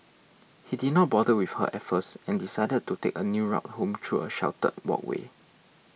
he did not bother with her at first and decided to take a new route home through a sheltered walkway